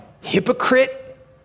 Hypocrite